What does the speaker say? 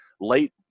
Late